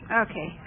Okay